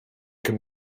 can